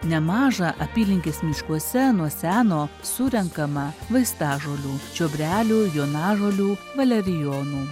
nemaža apylinkės miškuose nuo seno surenkama vaistažolių čiobrelių jonažolių valerijonų